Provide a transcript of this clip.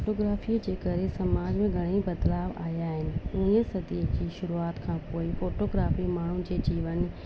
photography जे करे समाज में घणेई बदिलाउ आहियां आहिनि उणिवीह सदीअ जी शुरूआति खां पोइ फोटोग्राफी माण्हुनि जे जीवन